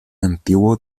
antiguo